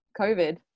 COVID